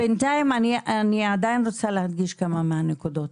בינתיים אני עדיין רוצה להדגיש כמה מהנקודות,